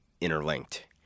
interlinked